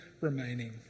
remaining